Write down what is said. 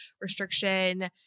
restriction